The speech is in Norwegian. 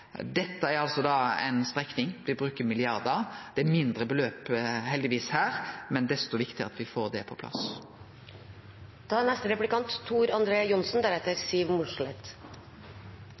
Dette er altså ei strekning ein bruker milliardar på. Det er heldigvis ein mindre sum me brukar her, men desto viktigare at me får det på plass.